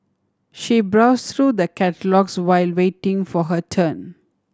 she browse through the catalogues while waiting for her turn